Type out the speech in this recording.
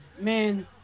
man